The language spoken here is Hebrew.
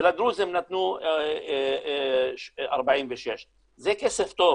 ולדרוזים נתנו 46. זה כסף טוב.